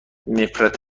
نفرت